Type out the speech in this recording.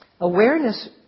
Awareness